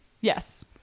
Yes